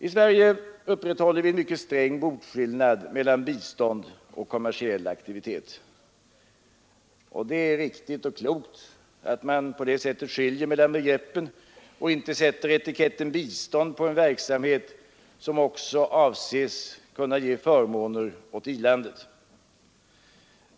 I Sverige råder en mycket sträng boskillnad mellan bistånd och kommersiell aktivitet. Det är riktigt och klokt att man på det sättet skiljer mellan begreppen och inte sätter etiketten ”bistånd” på en verksamhet som också avses kunna ge förmåner åt i-landet.